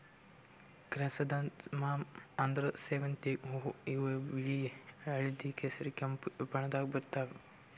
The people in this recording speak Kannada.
ಕ್ರ್ಯಸಂಥಾಮಮ್ ಅಂದ್ರ ಸೇವಂತಿಗ್ ಹೂವಾ ಇವ್ ಬಿಳಿ ಹಳ್ದಿ ಕೇಸರಿ ಕೆಂಪ್ ಬಣ್ಣದಾಗ್ ಇರ್ತವ್